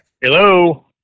Hello